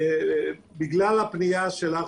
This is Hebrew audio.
בגלל הפנייה שלך,